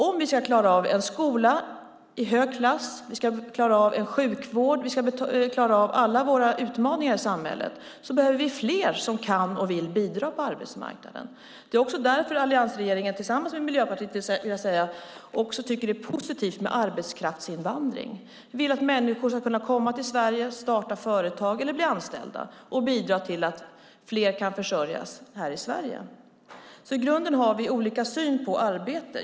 Om vi ska klara av en skola i hög klass, sjukvård och alla våra utmaningar i samhället behöver vi fler som kan och vill bidra på arbetsmarknaden. Det är också därför alliansregeringen - tillsammans med Miljöpartiet, vill jag säga - också tycker att det är positivt med arbetskraftsinvandring. Vi vill att människor ska kunna komma till Sverige, starta företag eller bli anställda och bidra till att fler kan försörjas här i Sverige. I grunden har vi alltså olika syn på arbete.